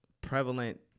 prevalent